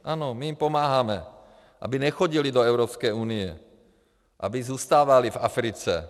Ano, my jim pomáháme, aby nechodili do Evropské unie, aby zůstávali v Africe.